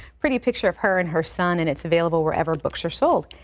pretty picture of her and her son, and it's available wherever books are sold.